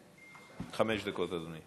חמש דקות, אדוני.